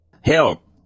Help